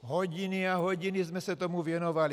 Hodiny a hodiny jsme se tomu věnovali.